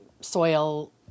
soil